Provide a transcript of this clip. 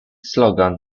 slogan